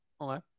Okay